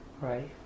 right